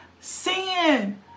sin